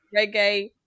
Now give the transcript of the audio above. reggae